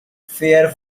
fair